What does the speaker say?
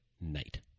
night